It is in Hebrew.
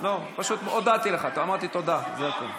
רגע,